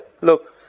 look